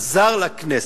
עזר לכנסת,